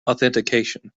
authentication